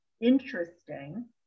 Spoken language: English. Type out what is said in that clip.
interesting